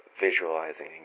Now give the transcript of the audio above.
visualizing